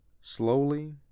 slowly